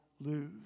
lose